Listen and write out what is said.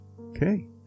Okay